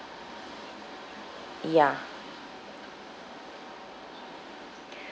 ya